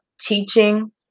teaching